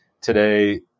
today